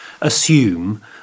assume